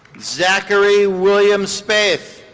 zachary williams spaith.